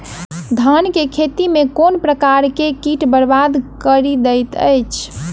धान केँ खेती मे केँ प्रकार केँ कीट बरबाद कड़ी दैत अछि?